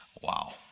Wow